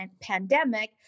pandemic